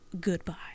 Goodbye